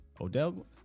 Odell